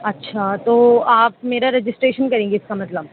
اچھا تو آپ میرا رجسٹریشن کریں گے اس کا مطلب